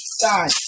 die